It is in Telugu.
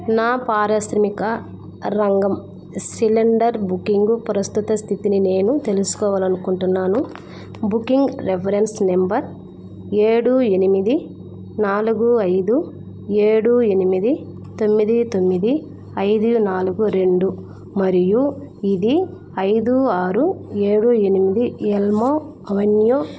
నా పారిశ్రామిక రంగం సిలిండర్ బుకింగు ప్రస్తుత స్థితిని నేను తెలుసుకోవాలి అనుకుంటున్నాను బుకింగ్ రెఫరెన్స్ నెంబర్ ఏడు ఎనిమిది నాలుగు ఐదు ఏడు ఎనిమిది తొమ్మిది తొమ్మిది ఐదు నాలుగు రెండు మరియు ఇది ఐదు ఆరు ఏడు ఎనిమిది ఎల్మో అవెన్యూ